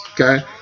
Okay